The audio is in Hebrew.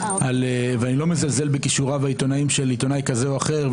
ואני לא מזלזל בכישוריו העיתונאיים של עיתונאי כזה או אחר,